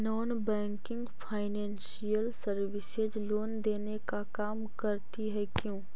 Non banking financial services loan देने का काम करती है क्यू?